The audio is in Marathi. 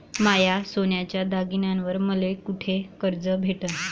माया सोन्याच्या दागिन्यांइवर मले कुठे कर्ज भेटन?